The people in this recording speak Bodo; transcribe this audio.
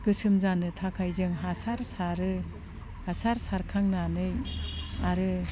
गोसोम जानो थाखाय जों हासार सारो हासार सारखांनानै आरो